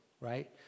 right